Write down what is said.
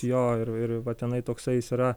jo ir ir va tenai toksais yra